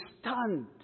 stunned